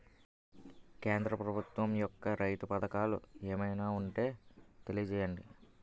కేంద్ర ప్రభుత్వం యెక్క రైతు పథకాలు ఏమైనా ఉంటే తెలియజేయండి?